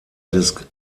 des